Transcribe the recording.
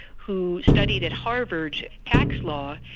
who studied at harvard, tax law,